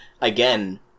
again